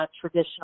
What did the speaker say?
traditional